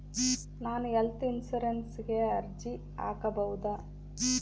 ನಾನು ಹೆಲ್ತ್ ಇನ್ಶೂರೆನ್ಸಿಗೆ ಅರ್ಜಿ ಹಾಕಬಹುದಾ?